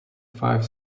five